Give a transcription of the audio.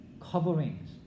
coverings